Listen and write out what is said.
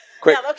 quick